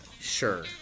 Sure